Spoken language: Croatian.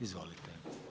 Izvolite.